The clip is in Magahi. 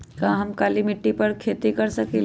का हम काली मिट्टी पर फल के खेती कर सकिले?